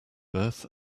birth